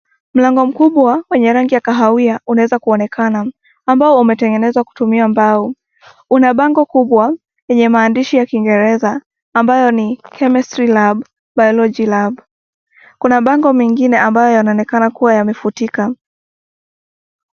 Mlango mkubwa wenye rangi ya kahawia unaweza kuonekana ambao umetegenezwa kutumia mbao .Kuna bango yenye maandishi ya kiingereza ambayo ni chemistry lab , biology lab .Kuna bango mengine ambayo yanaonekana kuwa yamefutika.